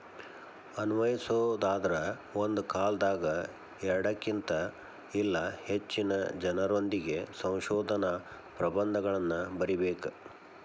ಅನ್ವಯಿಸೊದಾದ್ರ ಒಂದ ಕಾಲದಾಗ ಎರಡಕ್ಕಿನ್ತ ಇಲ್ಲಾ ಹೆಚ್ಚಿನ ಜನರೊಂದಿಗೆ ಸಂಶೋಧನಾ ಪ್ರಬಂಧಗಳನ್ನ ಬರಿಬೇಕ್